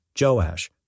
Joash